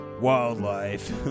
wildlife